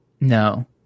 No